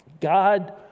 God